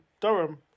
Durham